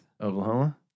Oklahoma